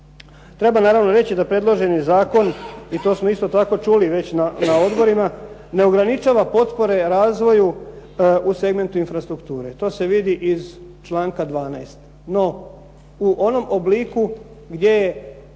Treba naravno reći da predloženi zakon i to smo isto tako čuli već na odborima ne ograničava potpore razvoju u segmentu infrastrukture. To se vidi iz članka 12. No, u onom obliku gdje je